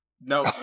No